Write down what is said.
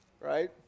right